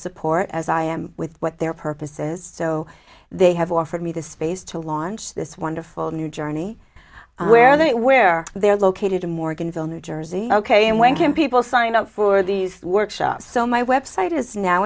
support as i am with what their purposes so they have offered me the space to launch this wonderful new journey where they where they're located in morgan hill new jersey ok and when can people sign up for these workshops so my website is now